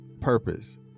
purpose